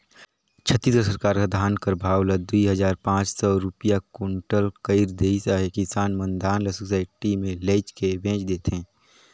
छत्तीसगढ़ सरकार ह धान कर भाव ल दुई हजार पाच सव रूपिया कुटल कइर देहिस अहे किसान मन धान ल सुसइटी मे लेइजके बेच देथे